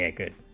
ah good